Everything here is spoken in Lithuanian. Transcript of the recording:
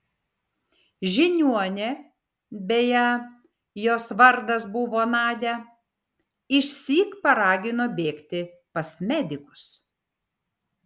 žiniuonė beje jos vardas buvo nadia išsyk paragino bėgti pas medikus